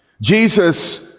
Jesus